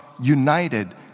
united